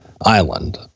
Island